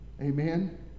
Amen